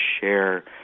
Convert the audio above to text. share